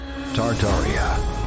Tartaria